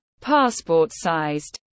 passport-sized